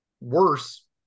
worse